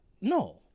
No